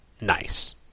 Nice